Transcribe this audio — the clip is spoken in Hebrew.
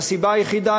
והסיבה היחידה,